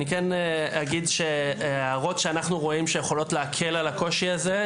הערה כללית אחרונה.